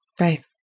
right